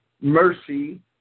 mercy